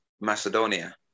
Macedonia